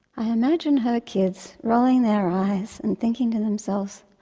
i imagine her kids rolling their eyes and thinking to themselves,